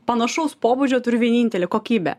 panašaus pobūdžio turiu vienintelį kokybę